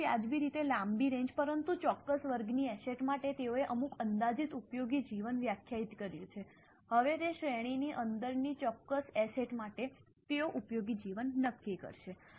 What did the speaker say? તેથી વ્યાજબી રીતે લાંબી રેન્જ પરંતુ ચોક્કસ વર્ગની એસેટ માટે તેઓએ અમુક અંદાજિત ઉપયોગી જીવન વ્યાખ્યાયિત કર્યું છે હવે તે શ્રેણીની અંદરની ચોક્કસ એસેટ માટે તેઓ ઉપયોગી જીવન નક્કી કરશે